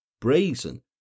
brazen